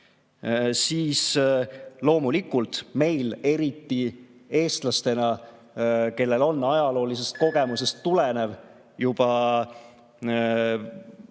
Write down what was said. siis loomulikult meil eriti eestlastena, kellel on ajaloolisest kogemusest tulenev juba selline